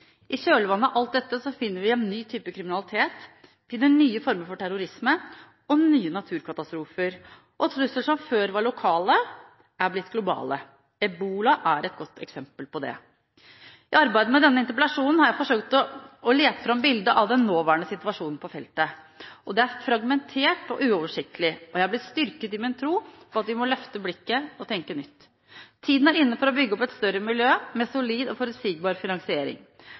I kjølvannet av alt dette finner vi en ny type kriminalitet, nye former for terrorisme og nye naturkatastrofer. Trusler som før var lokale, er blitt globale. Ebola er et godt eksempel på det. I arbeidet med denne interpellasjonen har jeg forsøkt å lete fram bildet av den nåværende situasjonen på feltet. Det er fragmentert og uoversiktlig, og jeg er blitt styrket i min tro på at vi må løfte blikket og tenke nytt. Tida er inne for å bygge opp et større miljø, med solid og forutsigbar finansiering.